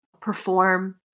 perform